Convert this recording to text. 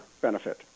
Benefit